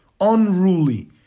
unruly